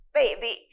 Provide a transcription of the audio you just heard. baby